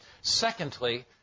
Secondly